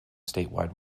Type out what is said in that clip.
statewide